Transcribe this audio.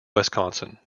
wisconsin